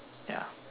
ya